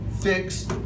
fix